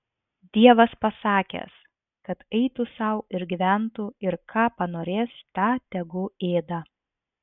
dievas pasakęs kad eitų sau ir gyventų ir ką panorės tą tegu ėda